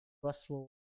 trustful